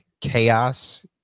chaos